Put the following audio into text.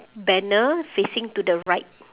banner facing to the right